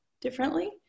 differently